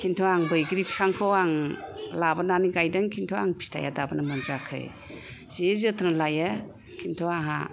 किन्तु आं बैग्रि बिफांखौ आं लाबोनानै गायदों किन्तु आं फिथाइया दाबोनो मोनजायाखै जि जोथोन लायो किन्तु आंहा थाइजौ